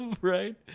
right